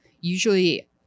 usually